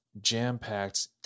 jam-packed